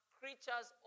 creatures